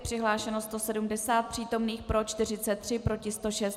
Přihlášeno 170 přítomných, pro 43, proti 106.